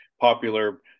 popular